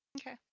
Okay